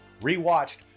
re-watched